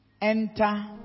Enter